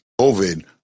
COVID